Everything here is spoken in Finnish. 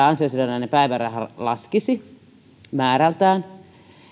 ansiosidonnainen päiväraha sitten laskisi määrältään